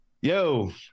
yo